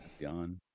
gone